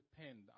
depend